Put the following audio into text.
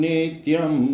Nityam